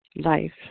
life